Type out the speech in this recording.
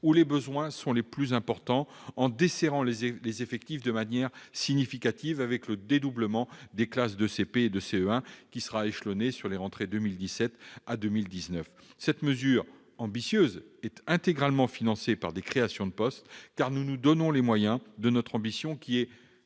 où les besoins sont les plus importants, en desserrant les effectifs de manière significative avec le dédoublement des classes de CP et de CE1 qui sera échelonné sur les rentrées 2017 à 2019. Cette mesure ambitieuse est intégralement financée par des créations de postes, car nous nous donnons les moyens de notre ambition, qui,